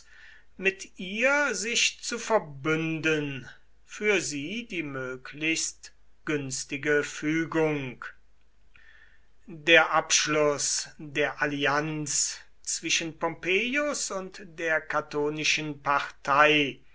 mit ihr sich zu verbünden für sie die möglichst günstige fügung der abschluß der allianz zwischen pompeius und der catonischen partei